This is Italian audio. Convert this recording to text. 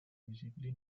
visibili